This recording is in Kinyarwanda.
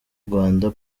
rwanda